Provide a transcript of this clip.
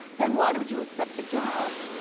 then why would you accept the job?